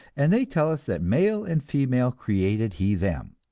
and they tell us that male and female created he them,